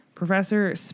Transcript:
Professor